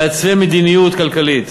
מעצבי מדיניות כלכלית.